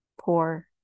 poor